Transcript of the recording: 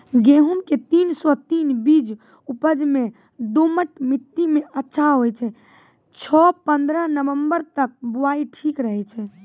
गेहूँम के तीन सौ तीन बीज उपज मे दोमट मिट्टी मे अच्छा होय छै, पन्द्रह नवंबर तक बुआई ठीक रहै छै